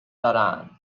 دارن